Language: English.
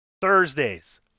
Thursdays